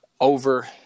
over